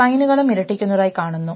സ്പൈനുകളും ഇരട്ടിക്കുന്നതായി കാണുന്നു